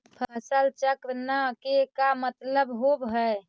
फसल चक्र न के का मतलब होब है?